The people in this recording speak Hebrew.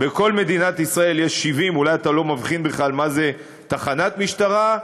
בכל מדינת ישראל יש 70. אולי אתה לא מבחין בכלל בין תחנת משטרה,